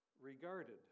regarded